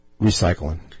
recycling